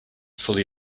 fully